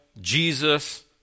Jesus